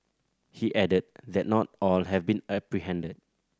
he added that not all have been apprehended